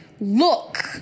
look